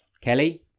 Kelly